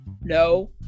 no